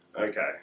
Okay